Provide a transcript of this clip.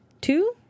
Two